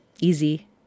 easy